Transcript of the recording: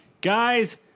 guys